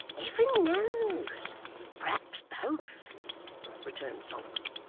heaven knows. perhaps both returned solomon.